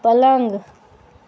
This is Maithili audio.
पलङ्ग